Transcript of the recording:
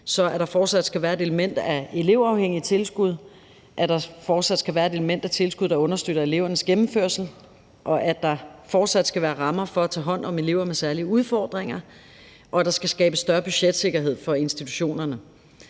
at der fortsat skal være et element af elevafhængigt tilskud, at der fortsat skal være et element af tilskud, der understøtter elevernes gennemførsel, at der fortsat skal være rammer for at tage hånd om elever med særlige udfordringer, og at der skal skabes større budgetsikkerhed for institutionerne.